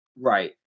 Right